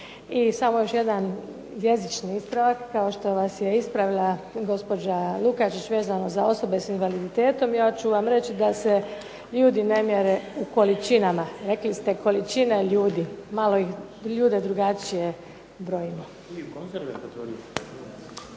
I samo još jedan jezični ispravak. Kao što vas je ispravila gospođa Lukačić vezano za osobe sa invaliditetom, ja ću vam reći da se ljudi ne mjere u količinama. Rekli ste količine ljudi, malo ljude drugačije brojimo.